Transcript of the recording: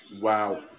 Wow